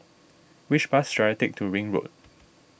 which bus should I take to Ring Road